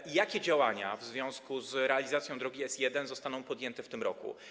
I jakie działania w związku z realizacją drogi S1 zostaną podjęte w tym roku?